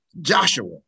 Joshua